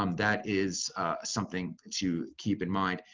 um that is something to keep in mind.